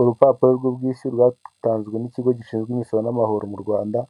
Urupapuro rw'bwishyu rwatanzwe n'ikigo gishinzwe imisoro namahoro mu Rwanda,